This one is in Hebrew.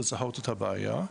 לזהות את הבעיה.